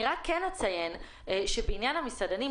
אני כן אציין שבעניין המסעדנים,